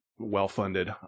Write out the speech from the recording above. well-funded